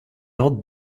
odd